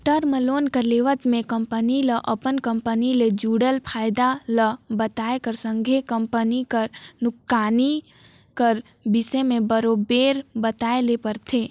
term loan कर लेवब में कंपनी ल अपन कंपनी ले जुड़ल फयदा ल बताए कर संघे कंपनी कर नोसकानी कर बिसे में बरोबेर बताए ले परथे